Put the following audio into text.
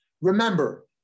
Remember